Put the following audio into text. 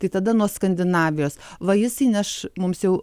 tai tada nuo skandinavijos va jis įneš mums jau